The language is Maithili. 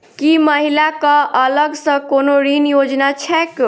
की महिला कऽ अलग सँ कोनो ऋण योजना छैक?